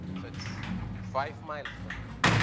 so it's five miles from here.